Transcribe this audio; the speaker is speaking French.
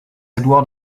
edward